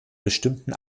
bestimmten